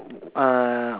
uh